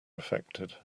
affected